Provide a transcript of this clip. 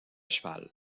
cheval